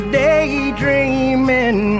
daydreaming